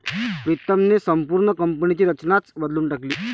प्रीतमने संपूर्ण कंपनीची रचनाच बदलून टाकली